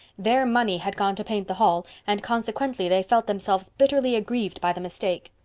their money had gone to paint the hall and consequently they felt themselves bitterly aggrieved by the mistake.